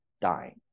dying